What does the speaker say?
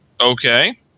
Okay